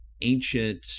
ancient